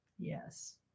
Yes